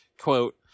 Quote